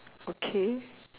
okay